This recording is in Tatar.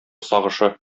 сагышы